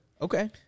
Okay